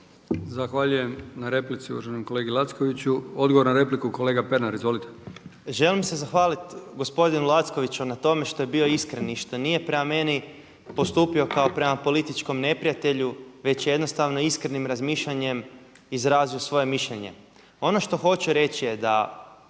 Zahvaljujem na replici uvaženom kolegi Lackoviću. Odgovor na repliku kolega Pernar. Izvolite. **Pernar, Ivan (Abeceda)** Želim se zahvaliti gospodinu Lackoviću na tome što je bio iskren i što nije prema meni postupio kao prema političkom neprijatelju već je jednostavno iskrenim razmišljanjem izrazio svoje mišljenje. Ono što hoću reći je da